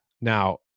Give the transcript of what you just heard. Now